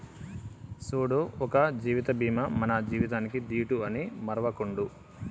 సూడు ఒక జీవిత బీమా మన జీవితానికీ దీటు అని మరువకుండు